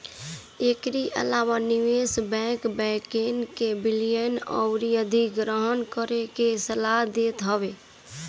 एकरी अलावा निवेश बैंक, बैंकन के विलय अउरी अधिग्रहण करे के सलाह देत हवे